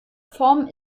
form